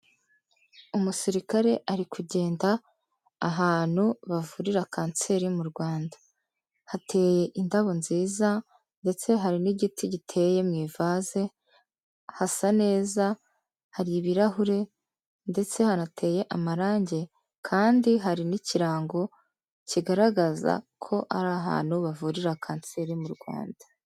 Umusirikare ari kugenda ahantu bavurira kanseri mu rwanda hateye indabo nziza ndetse hari n'igiti giteye mu ivase hasa neza hari ibirahure ndetse hanateye amarangi kandi hari n'ikirango kigaragaza ko ari ahantu bavurira kanseri mu Rwanda